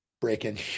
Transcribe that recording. breaking